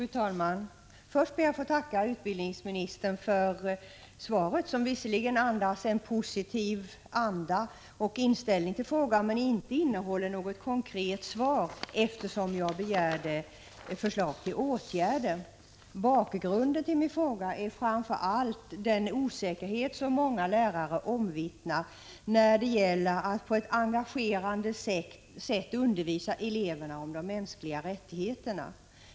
Fru talman! Först ber jag att få tacka utbildningsministern för svaret, som visserligen andas en positiv inställning till frågan men inte innehåller något konkret svar, eftersom jag begärde förslag till åtgärder. Bakgrunden till min fråga är framför allt den osäkerhet som många lärare omvittnat när det gäller att på ett engagerande sätt undervisa eleverna om de mänskliga rättigheterna.